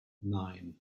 nine